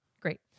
Great